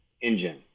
engine